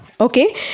okay